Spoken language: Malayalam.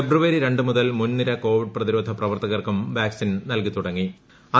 ഫെബ്രുവരി രണ്ട് മുതൽ മുൻനിര കോവിഡ് പ്രിത്രിർരോധ പ്രവർത്തകർക്കും വാക്സിൻ നൽകിത്തുടങ്ങിയിരുന്നു